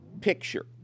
picture